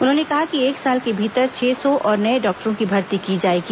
उन्होंने कहा कि एक साल के भीतर छह सौ और नये डॉक्टरों की भर्ती की जाएगी